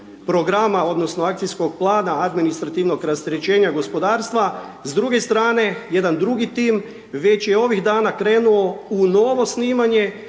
programa odnosno akcijskog plana administrativnog rasterećenja gospodarstva. S druge strane, jedan drugi tim je ovih dana krenuo u novo snimanje